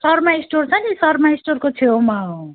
Sharma store छ नि शर्मा स्टोरको छेउमा हो